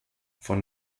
von